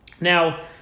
Now